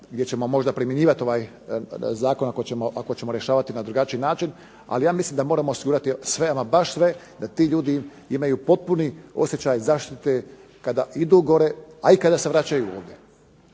gdje ćemo možda primjenjivati ovaj Zakon ako ćemo rješavati na drugačiji način, ali ja mislim da moramo osigurati baš sve da ti ljudi imaju potpuni osjećaj zaštite kada idu gore a i kada se vraćaju ovdje.